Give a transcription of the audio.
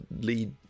lead